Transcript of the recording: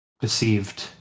perceived